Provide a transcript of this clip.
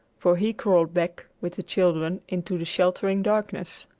for he crawled back with the children into the sheltering darkness.